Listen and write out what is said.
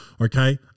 Okay